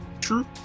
True